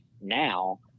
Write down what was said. now